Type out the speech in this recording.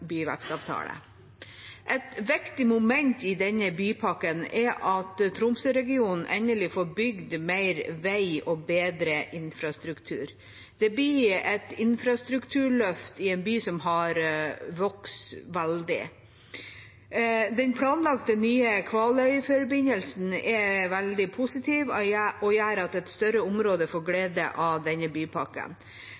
viktig moment i denne bypakken er at Tromsøregionen endelig får bygd mer vei og bedre infrastruktur. Det blir et infrastrukturløft i en by som har vokst veldig. Den planlagte nye Kvaløyforbindelsen er veldig positiv og gjør at et større område får